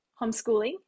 homeschooling